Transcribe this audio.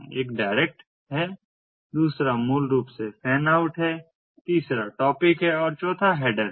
एक डायरेक्ट है दूसरा मूल रूप से फैन आउट है तीसरा टॉपिक है और चौथा हैडर है